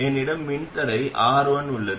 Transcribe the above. என்னிடம் மின்தடை R1 உள்ளது